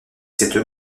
cette